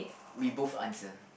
we both answer